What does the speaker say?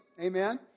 amen